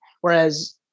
Whereas